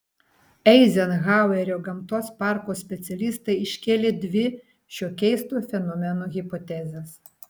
eizenhauerio gamtos parko specialistai iškėlė dvi šio keisto fenomeno hipotezes